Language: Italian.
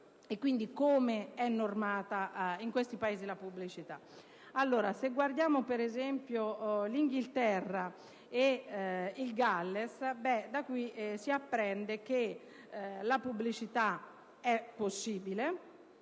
come è normata in questi Paesi la pubblicità.